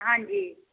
ਹਾਂਜੀ